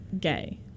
gay